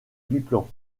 biplan